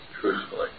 truthfully